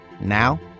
Now